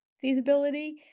feasibility